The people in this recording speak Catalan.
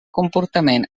comportament